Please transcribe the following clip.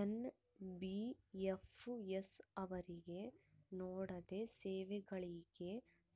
NBFC ಅವರು ನೇಡೋ ಸೇವೆಗಳಿಗೆ